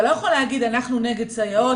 אתה לא יכולה להגיד: אנחנו נגד סייעות